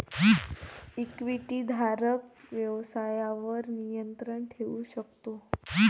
इक्विटीधारक व्यवसायावर नियंत्रण ठेवू शकतो